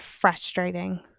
frustrating